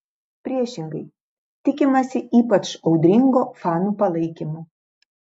priešingai tikimasi ypač audringo fanų palaikymo